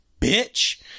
bitch